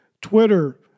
Twitter